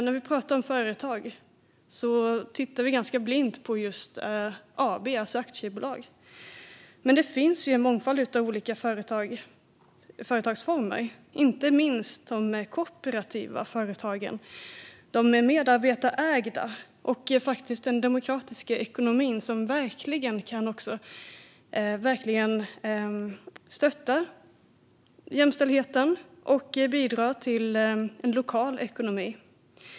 När vi pratar om företag tittar vi ganska blint på just AB, aktiebolag, men det finns ju en mångfald av olika företagsformer, inte minst de kooperativa företagen. De är medarbetarägda och ekonomiskt demokratiska och kan verkligen stötta jämställdheten och bidra till en lokal ekonomi.